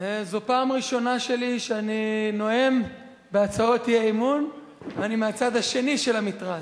זו פעם ראשונה שלי שאני נואם בהצעות האי-אמון ואני מהצד השני של המתרס.